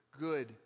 good